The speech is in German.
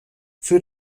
für